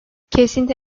kesinti